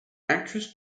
actress